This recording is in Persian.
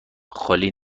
خالی